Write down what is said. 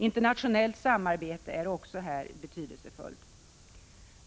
Internationellt samarbete är också betydelsefullt.